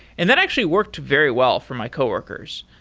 and that actually worked very well for my coworkers.